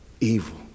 evil